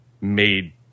made